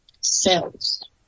cells